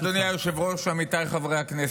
אדוני היושב-ראש, עמיתיי חברי הכנסת,